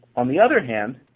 on the other hand,